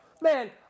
man